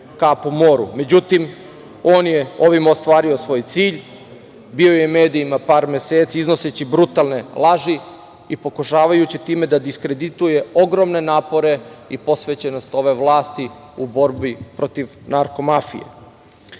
Međutim, on je ovim ostvario svoj cilj. Bio je u medijima par meseci, iznoseći brutalne laži i pokušavajući time time da diskredituje ogromne napore i posvećenost ove vlasti u borbi protiv narko mafije. Dok